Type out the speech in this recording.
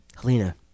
Helena